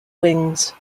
wings